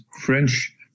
French